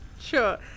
Sure